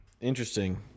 Interesting